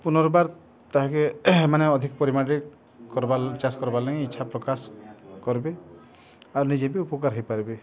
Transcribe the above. ପୁନର୍ବାର୍ ତାହାେକେ ମାନେ ଅଧିକ ପରିମାଣ୍ରେ କର୍ବାର୍ ଚାଷ୍ କର୍ବାର୍ଲାଗି ଇଚ୍ଛା ପ୍ରକାଶ୍ କର୍ବେ ଆଉ ନିଜେ ବି ଉପକାର୍ ହେଇପାର୍ବେ